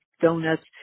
donuts